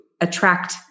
attract